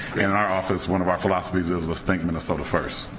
and in our office, one of our philosophies is the state of minnesota first.